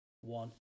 one